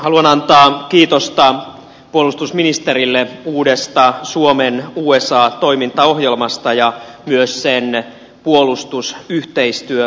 haluan antaa kiitosta puolustusministerille uudesta suomiusa toimintaohjelmasta ja myös sen puolustusyhteistyöosuudesta